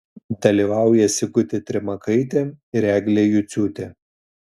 dalyvauja sigutė trimakaitė ir eglė juciūtė